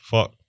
Fuck